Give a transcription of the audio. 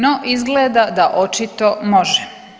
No, izgleda da očito može.